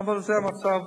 אבל זה המצב.